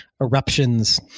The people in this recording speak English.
eruptions